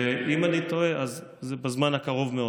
ואם אני טועה אז זה בזמן הקרוב מאוד.